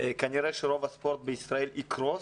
כנראה שרוב הספורט בישראל יקרוס.